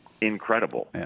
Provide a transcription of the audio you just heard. incredible